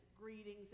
greetings